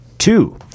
two